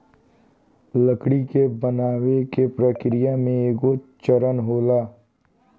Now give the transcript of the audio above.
लकड़ी के बनावे के प्रक्रिया में एगो चरण होला